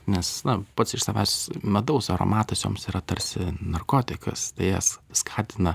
nes na pats iš savęs medaus aromatas joms yra tarsi narkotikas tai jas skatina